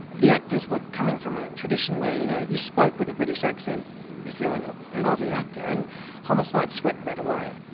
the actors were coming from a tradition where you know you spoke with a british accent if you were an ah and aussie actor, and homicide swept that away.